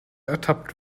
ertappt